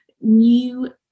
new